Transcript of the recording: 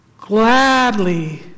Gladly